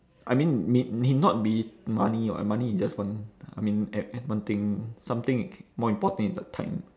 I mean may may not be money [what] money is just one I mean at an one thing something more important is like time